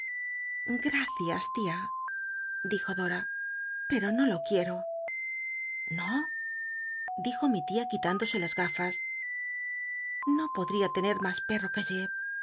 gracias tia dijo dora pero no lo quieto no dijo mi tia quitándose las gafas no pocll'ia lene mas peno que